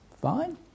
fine